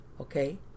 Okay